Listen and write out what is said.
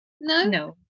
No